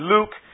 Luke